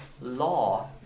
law